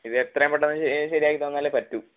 ഇത് എത്രയും പെട്ടെന്ന് ശെ ശരിയാക്കി തന്നാലേ പറ്റൂ